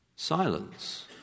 Silence